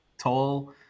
tall